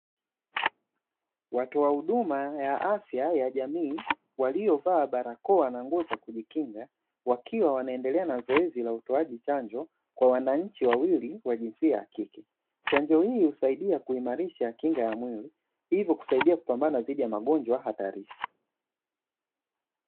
Watoa huduma ya afya ya jamii waliovaaa barakoa na nguo za kujikinga wakiwa wanaedeleka na zoezi la utoaji chanjo kwa wananchi wawili wa jinsia ya kike. Chanjo hii husaidia kuimairisha kinga ya mwili hivyo kusaidia kupambana dhidi ya magonjwa hatarishi.